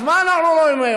אז מה אנחנו ראינו היום?